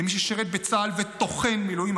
למי ששירת בצה"ל וטוחן מילואים,